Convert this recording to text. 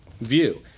view